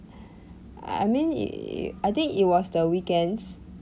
I mean it it I think it was the weekends